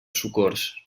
socors